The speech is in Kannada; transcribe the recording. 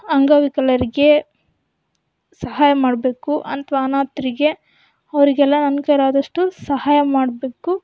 ಅಂಗವಿಕಲರಿಗೆ ಸಹಾಯ ಮಾಡಬೇಕು ಅಥ್ವಾ ಅನಾಥರಿಗೆ ಅವರಿಗೆಲ್ಲ ನನ್ನ ಕೈಲಿ ಆದಷ್ಟು ಸಹಾಯ ಮಾಡಬೇಕು